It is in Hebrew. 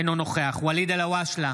אינו נוכח ואליד אלהואשלה,